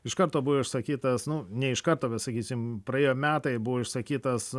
iš karto buvo išsakytas nu ne iš karto bet sakysim praėjo metai buvo išsakytas